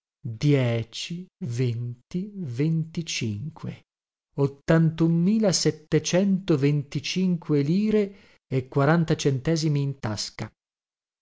dieci venti venticinque ottantunmila settecento venticinque lire e quaranta centesimi in tasca